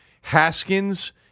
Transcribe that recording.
Haskins